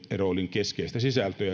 keskeistä sisältöä